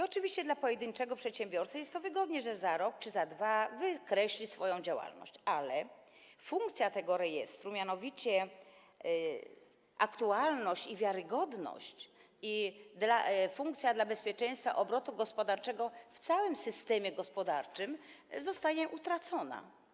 Oczywiście dla pojedynczego przedsiębiorcy jest to wygodne, że za rok czy za dwa lata wykreśli swoją działalność, ale funkcja tego rejestru, mianowicie aktualność i wiarygodność, i funkcja dla bezpieczeństwa obrotu gospodarczego w całym systemie gospodarczym zostaje utracona.